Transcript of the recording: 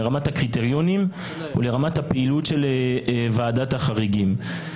לרמת הקריטריונים ולרמת הפעילות של ועדת החריגים.